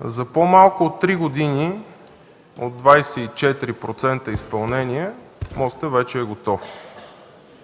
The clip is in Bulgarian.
За по-малко от 3 години от 24% изпълнение мостът вече е готов.